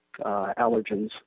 allergens